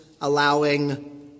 allowing